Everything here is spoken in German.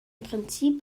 prinzip